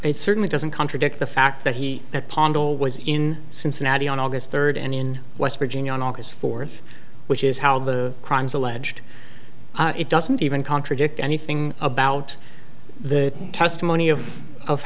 it certainly doesn't contradict the fact that he that pongal was in cincinnati on august third and in west virginia on august fourth which is how the crimes alleged it doesn't even contradict anything about the testimony of of